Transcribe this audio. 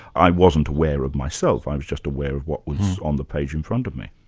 i wasn't aware of myself, i was just aware of what was on the page in front of me.